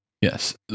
Yes